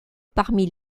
parmi